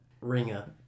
ringer